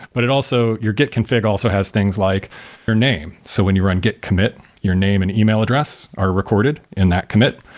but it also your git config also has things like your name, so when you run git commit, your name and e-mail address are recorded in that commit.